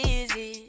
Easy